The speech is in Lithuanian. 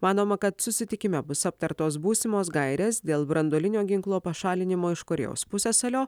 manoma kad susitikime bus aptartos būsimos gairės dėl branduolinio ginklo pašalinimo iš korėjos pusiasalio